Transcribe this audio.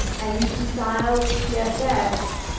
and you can style with css,